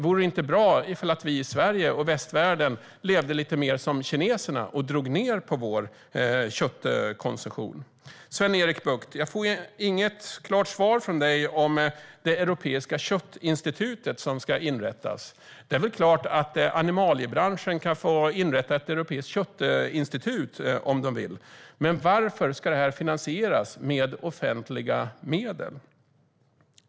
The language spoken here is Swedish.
Vore det inte bra om vi i Sverige och västvärlden levde lite mer som kineserna och drog ned på vår köttkonsumtion? Jag får inget klart svar från dig, Sven-Erik Bucht, om det europeiska köttinstitut som ska inrättas. Det är klart att animaliebranschen kan få inrätta ett europeiskt köttinstitut om de vill, men varför ska det finansieras med offentliga medel?